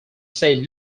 said